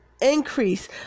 increase